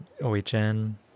OHN